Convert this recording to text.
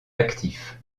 actif